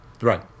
Right